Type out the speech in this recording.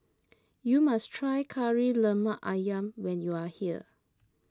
you must try Kari Lemak Ayam when you are here